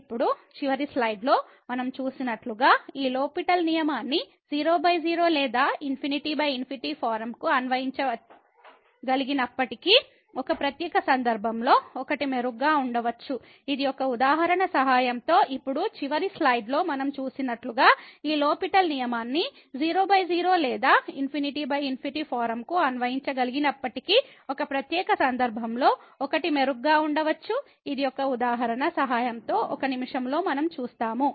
ఇప్పుడు చివరి స్లైడ్లో మనం చూసినట్లుగా ఈ లో పిటెల్ నియమాన్ని 00 లేదా ∞∞ ఫారమ్కు అన్వయించగలిగినప్పటికీ ఒక ప్రత్యేక సందర్భంలో ఒకటి మెరుగ్గా ఉండవచ్చు ఇది ఒక ఉదాహరణ సహాయంతో ఇప్పుడు చివరి స్లైడ్లో మనం చూసినట్లుగా ఈ లో పిటెల్ నియమాన్ని 00 లేదా ∞∞ ఫారమ్కు అన్వయించగలిగినప్పటికీ ఒక ప్రత్యేక సందర్భంలో ఒకటి మెరుగ్గా ఉండవచ్చు ఇది ఒక ఉదాహరణ సహాయంతో ఒక నిమిషం లో మనం చూస్తాము